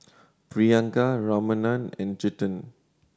Priyanka Ramanand and Chetan